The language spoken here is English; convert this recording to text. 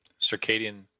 Circadian